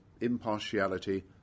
impartiality